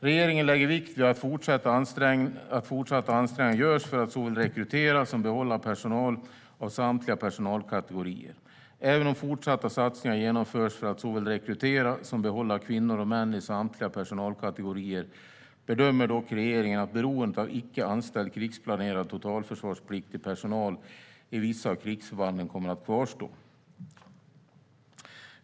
Regeringen lägger vikt vid att fortsatta ansträngningar görs för att såväl rekrytera som behålla personal av samtliga personalkategorier. Även om fortsatta satsningar genomförs för att såväl rekrytera som behålla kvinnor och män i samtliga personalkategorier bedömer dock regeringen att beroendet av icke anställd krigsplacerad totalförsvarspliktig personal i vissa av krigsförbanden kommer att kvarstå.